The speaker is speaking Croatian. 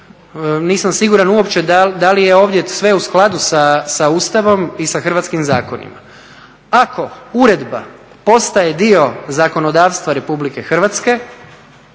nisam siguran uopće da li je ovdje sve u skladu sa Ustavom i sa hrvatskim zakonima. Ako uredba postaje dio zakonodavstva Republike Hrvatske